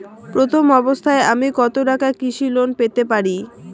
প্রথম অবস্থায় আমি কত টাকা কৃষি লোন পেতে পারি?